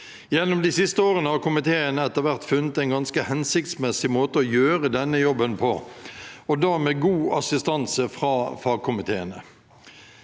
Gjennom de siste årene har komiteen etter hvert funnet en ganske hensiktsmessig måte å gjøre denne jobben på, og da med god assistanse fra fagkomiteene.